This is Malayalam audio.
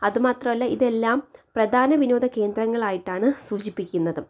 അതു മാത്രമല്ല ഇതെല്ലം പ്രധാന വിനോദ കേന്ദ്രങ്ങളായിട്ടാണ് സൂചിപ്പിക്കുന്നതും